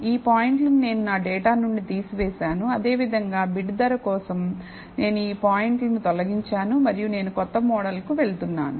ఈ పాయింట్లను నేను నా డేటా నుండి తీసివేసాను అదే విధంగా బిడ్ ధర కోసం నేను ఈ పాయింట్లను తొలగించాను మరియు నేను కొత్త మోడల్కు వెళ్తున్నాను